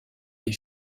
des